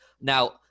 Now